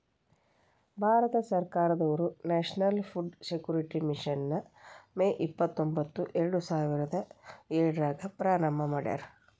ಭಾರತ ಸರ್ಕಾರದವ್ರು National Food Security Mission ನ May ಇಪ್ಪತ್ರೊಂಬತ್ತು ಎರಡುಸಾವಿರದ ಏಳ್ರಾಗ ಪ್ರಾರಂಭ ಮಾಡ್ಯಾರ